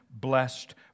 blessed